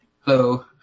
Hello